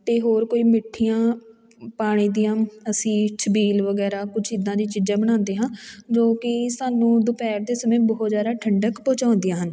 ਅਤੇ ਹੋਰ ਕੋਈ ਮਿੱਠੀਆਂ ਪਾਣੀ ਦੀਆਂ ਅਸੀਂ ਛਬੀਲ ਵਗੈਰਾ ਕੁਝ ਇੱਦਾਂ ਦੀਆਂ ਚੀਜ਼ਾਂ ਬਣਾਉਂਦੇ ਹਾਂ ਜੋ ਕਿ ਸਾਨੂੰ ਦੁਪਹਿਰ ਦੇ ਸਮੇਂ ਬਹੁਤ ਜ਼ਿਆਦਾ ਠੰਡਕ ਪਹੁੰਚਾਉਂਦੀਆਂ ਹਨ